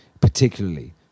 particularly